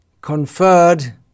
conferred